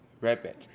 rabbit